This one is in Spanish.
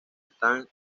están